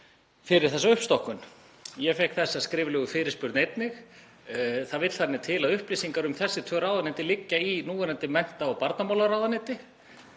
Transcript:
fyrir þessa uppstokkun. Ég fékk einnig þessa skriflegu fyrirspurn. Það vill þannig til að upplýsingar um þessi tvö ráðuneyti liggja í núverandi mennta- og barnamálaráðuneyti